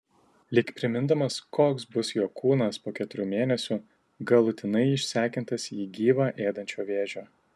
lyg primindamas koks bus jo kūnas po keturių mėnesių galutinai išsekintas jį gyvą ėdančio vėžio